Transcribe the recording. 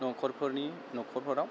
न'खरफोरनि न'खरफोराव